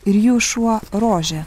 ir jų šuo rožė